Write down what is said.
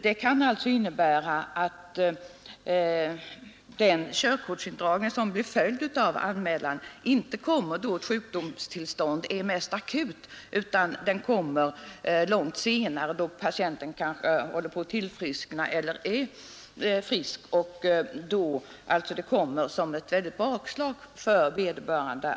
Det kan innebära att den körkortsindragning som blir följden av anmälan inte kommer då ett sjukdomstillstånd är mest akut utan långt senare då patienten kanske håller på att tillfriskna eller är frisk. Då kommer indragningen som ett väldigt bakslag för vederbörande.